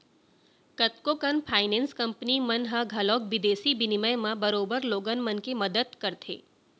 कतको कन finance company मन ह घलौक बिदेसी बिनिमय म बरोबर लोगन मन के मदत करथे